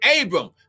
Abram